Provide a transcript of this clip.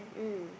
mm